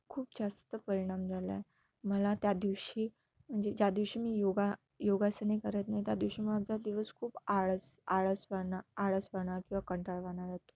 खूप जास्त परिणाम झाला आहे मला त्यादिवशी म्हणजे ज्या दिवशी मी योगा योगासने करत नाही त्यादिवशी माझा दिवस खूप आळस आळसवाणा आळसवाणा किंवा कंटाळवाणा जातो